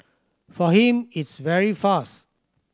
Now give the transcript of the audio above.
for him it's very fast